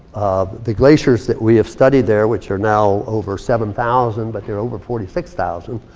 the glaciers that we have studied there, which are now over seven thousand, but they're over forty six thousand.